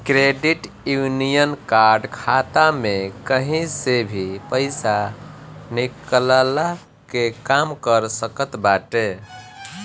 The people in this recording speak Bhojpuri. क्रेडिट यूनियन कार्ड खाता में कही से भी पईसा निकलला के काम कर सकत बाटे